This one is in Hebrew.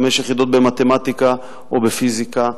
חמש יחידות במתמטיקה או בפיזיקה,